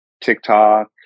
TikTok